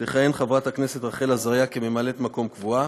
תכהן חברת הכנסת רחל עזריה כממלאת מקום קבועה.